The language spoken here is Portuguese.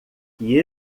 que